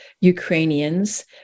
Ukrainians